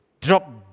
drop